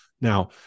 Now